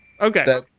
Okay